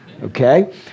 okay